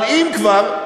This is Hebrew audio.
אבל אם כבר,